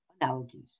Analogies